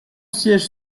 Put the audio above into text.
siège